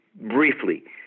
briefly